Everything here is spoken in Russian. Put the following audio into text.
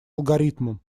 алгоритмом